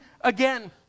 again